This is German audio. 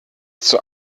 zur